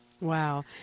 Wow